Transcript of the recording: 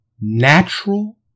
Natural